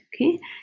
okay